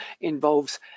involves